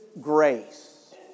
Grace